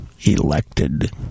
elected